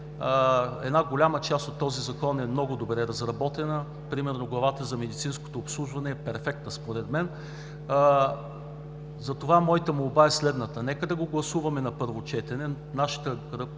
една голяма част от този Закон е много добре разработена. Примерно главата за медицинското обслужване е перфектна според мен. Моята молба е следната: нека да го гласуваме на първо четене.